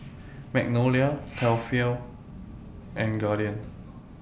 Magnolia Tefal and Guardian